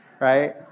right